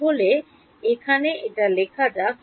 তাহলে এটা এখানে লেখা যাক